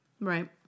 Right